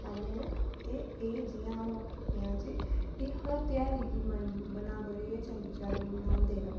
ते ऐ जिं'या अऊं आखानियां के ऐ हर ध्यारे गी बड़ी चढ़ियै बनांदे न